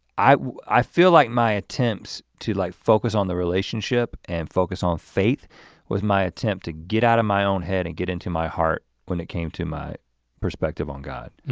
i i feel like my attempts to like focus on the relationship and focus on faith was my attempt to get out of my own head and get into my heart when it came to my perspective on god.